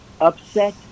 upset